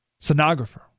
sonographer